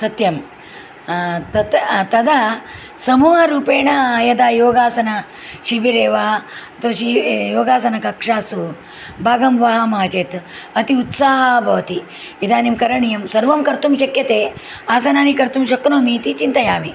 सत्यं तत् तदा समूहरूपेण यदा योगासनशिबिरे वा अथवा योगासनकक्षासु भागं वहामः चेत् अति उत्साहः भवति इदानीं करणीयं सर्वं कर्तुं शक्यते आसनानि कर्तुं शक्नोमि इति चिन्तयामि